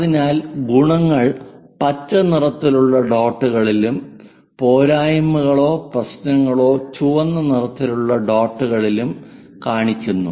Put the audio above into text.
അതിനാൽ ഗുണങ്ങൾ പച്ച നിറത്തിലുള്ള ഡോട്ടുകളിലും പോരായ്മകളോ പ്രശ്നങ്ങളോ ചുവന്ന നിറത്തിലുള്ള ഡോട്ടുകളിലും കാണിക്കുന്നു